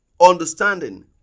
understanding